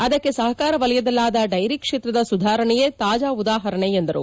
ಅದಕ್ಕೆ ಸಹಕಾರ ವಲಯದಲ್ಲಾದ ಡೈರಿ ಕ್ಷೇತ್ರದ ಸುಧಾರಣೆಯೇ ತಾಜಾ ಉದಾಪರಣೆ ಎಂದರು